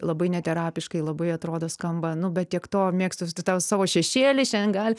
labai neterapiškai labai atrodo skamba nu bet tiek to mėgstu tą savo šešėlį šiandien gal